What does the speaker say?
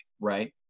right